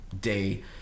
day